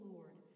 Lord